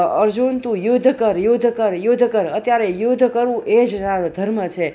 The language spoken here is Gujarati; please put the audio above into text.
અર્જુન તું યુદ્ધ કર યુદ્ધ કર યુદ્ધ કર અત્યારે યુદ્ધ કરવું એ જ તારો ધર્મ છે